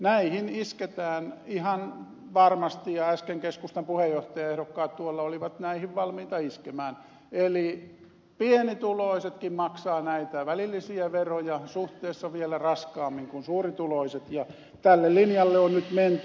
näihin isketään ihan varmasti ja äsken keskustan puheenjohtajaehdokkaat tuolla olivat näihin valmiita iskemään eli pienituloisetkin maksavat näitä välillisiä veroja suhteessa vielä raskaammin kuin suurituloiset ja tälle linjalle on nyt menty